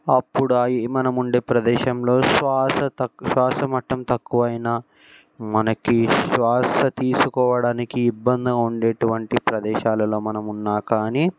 అప్పుడు మనం ఉండే ప్రదేశంలో శ్వాస తక్కువ శ్వాస మట్టం తక్కువైనా మనకి శ్వాస తీసుకోవడానికి ఇబ్బందిగా ఉండేటువంటి ప్రదేశాలలో మనం ఉన్నా కానీ